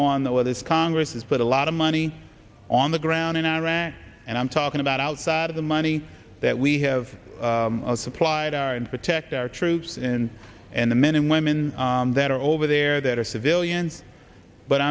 on the well this congress has put a lot of money on the ground in iraq and i'm talking about outside of the money that we have supplied our and protect our troops and and the men and women that are over there that are civilians but